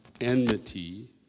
enmity